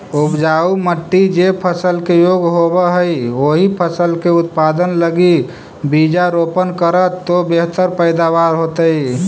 उपजाऊ मट्टी जे फसल के योग्य होवऽ हई, ओही फसल के उत्पादन लगी बीजारोपण करऽ तो बेहतर पैदावार होतइ